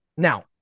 Now